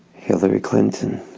hillary clinton